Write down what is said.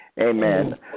Amen